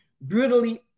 brutally